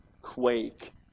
quake